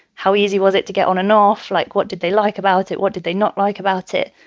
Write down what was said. how easy was it to get on and off? like, what did they like about it? what did they not like about it?